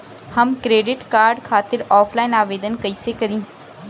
हम credit card खातिर offline आवेदन कइसे करि?